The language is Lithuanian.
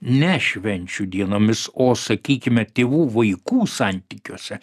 ne švenčių dienomis o sakykime tėvų vaikų santykiuose